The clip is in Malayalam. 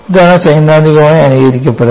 ഇതാണ് സൈദ്ധാന്തികമായി അനുകരിക്കുന്നത്